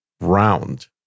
round